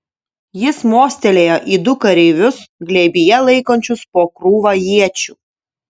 jis mostelėjo į du kareivius glėbyje laikančius po krūvą iečių